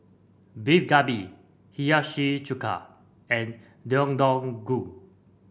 Beef Galbi Hiyashi Chuka and Deodeok Gui